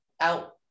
out